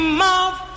mouth